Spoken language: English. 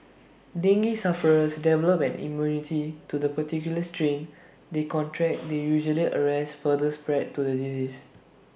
dengue sufferers develop an immunity to the particular strain they contract that usually arrests further spread to the disease